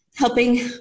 helping